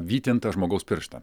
vytintą žmogaus pirštą